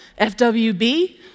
FWB